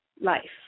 life